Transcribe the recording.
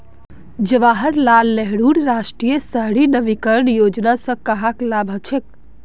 जवाहर लाल नेहरूर राष्ट्रीय शहरी नवीकरण योजनार स कहाक लाभ हछेक